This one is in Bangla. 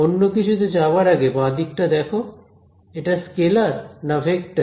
অন্য কিছুতে যাবার আগে বাঁ দিকটা দেখো এটা স্কেলার না ভেক্টর